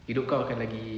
hidup kau akan lagi